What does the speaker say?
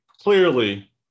Clearly